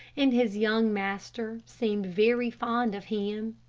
and his young master seemed very fond of him.